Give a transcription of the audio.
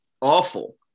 awful